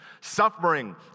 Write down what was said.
Suffering